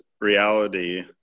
reality